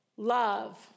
Love